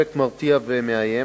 כאפקט מרתיע ומאיים,